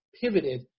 pivoted